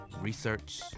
research